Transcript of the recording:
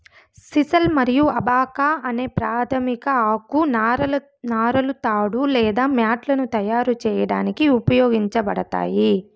sisal మరియు abaca అనే ప్రాధమిక ఆకు నారలు తాడు లేదా మ్యాట్లను తయారు చేయడానికి ఉపయోగించబడతాయి